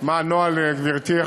מה הנוהל, גברתי?